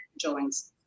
joins